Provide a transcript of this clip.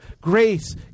Grace